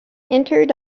entered